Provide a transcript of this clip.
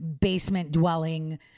basement-dwelling